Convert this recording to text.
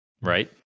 right